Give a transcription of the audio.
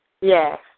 Yes